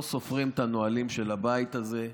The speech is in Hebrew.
לא סופרים את הנהלים של הבית הזה.